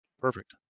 Perfect